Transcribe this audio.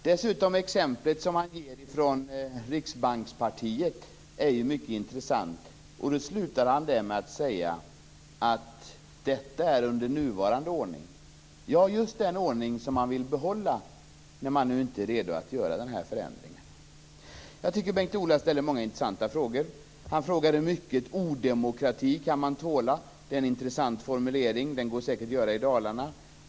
Det exempel han ger från "riksbankspartiet" är också mycket intressant. Han avslutar med att säga att detta är under nuvarande ordning. Ja, just den ordning som han vill behålla, när han nu inte är redo att genomföra den här förändringen. Bengt-Ola ställer många intressanta frågor. Han frågar hur mycket "odemokrati" man kan tåla. Det är en intressant formulering - så kan man säkert formulera sig i Dalarna.